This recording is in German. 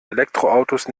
elektroautos